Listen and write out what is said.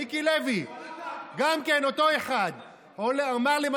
מיקי לוי, הוא הלך להביא מכת"זית.